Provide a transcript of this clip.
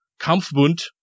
Kampfbund